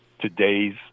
today's